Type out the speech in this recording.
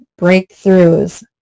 breakthroughs